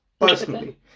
personally